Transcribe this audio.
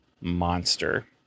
monster